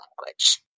language